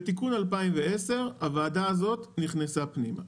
בתיקון 2010 הוועדה הזו נכנסה פנימה.